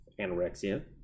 anorexia